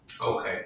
okay